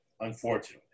unfortunately